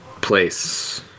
place